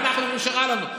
ואנחנו אומרים שרע לנו.